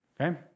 Okay